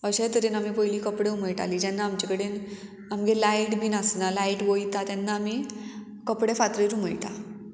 अशे तरेन आमी पयलीं कपडे उमळटाली जेन्ना आमचे कडेन आमगे लायट बीन आसना लायट वयता तेन्ना आमी कपडे फातर उमयटा